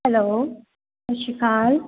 hello Sat Sri Akal